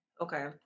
okay